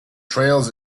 trails